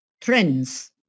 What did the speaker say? trends